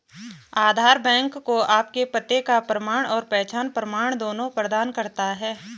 आधार bank को आपके पते का प्रमाण और पहचान प्रमाण दोनों प्रदान करता है